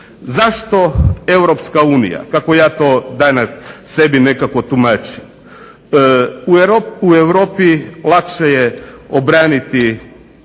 Zašto Europska unija kako ja to danas sebi nekako tumačim. U Europi lakše je obraniti